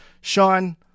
Sean